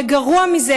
וגרוע מזה,